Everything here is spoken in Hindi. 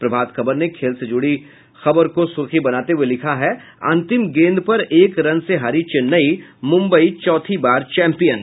प्रभात खबर ने खेल से जुड़ी खबर को सुर्खी बनाते हुये लिखा है अंतिम गेंद पर एक रन से हारी चेन्नई मुंबई चौथी बार चैंपियन